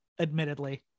admittedly